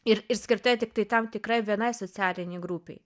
ir ir skirta tiktai tam tikrai vienai socialinei grupei